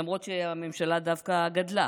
למרות שהממשלה דווקא גדלה.